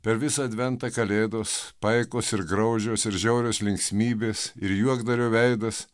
per visą adventą kalėdos paikos ir graudžios ir žiaurios linksmybės ir juokdario veidas